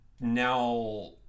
now